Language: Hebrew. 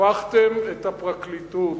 הפכתם את הפרקליטות,